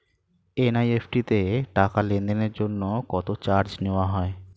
NEFT তে টাকা লেনদেনের জন্য কত চার্জ নেয়া হয়?